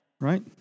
Right